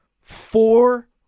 four